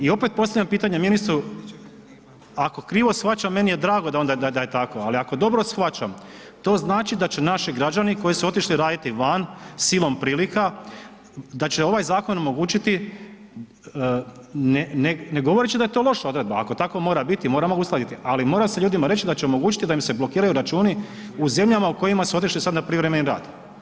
I opet postavljam pitanje ministru, ako krivo shvaćam meni je drago da je onda tako, ali ako dobro shvaćam to znači da će naši građani koji su otišli raditi van silom prilika da će ovaj zakon omogućiti, ne govoreći da je to loša odredba, ako tako mora biti moramo ga uskladiti, ali mora se ljudima reći da će omogućiti da im se blokiraju računi u zemljama u kojima su otišli sada na privremeni rad.